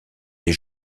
des